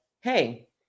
Hey